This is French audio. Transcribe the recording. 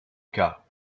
cas